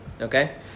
Okay